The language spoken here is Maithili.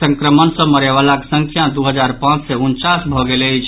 संक्रमण सँ मरयवलाक संख्या दू हजार पांच सय उनचास भऽ गेल अछि